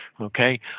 Okay